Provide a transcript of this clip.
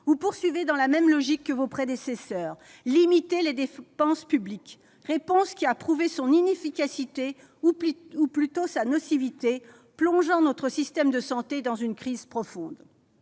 vous poursuivez dans la même logique que vos prédécesseurs : limiter les dépenses publiques. C'est une réponse qui a prouvé son inefficacité ou plutôt sa nocivité, plongeant notre système de santé dans une crise profonde.